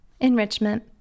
Enrichment